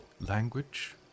language